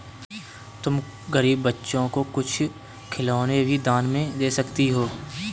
तुम गरीब बच्चों को कुछ खिलौने भी दान में दे सकती हो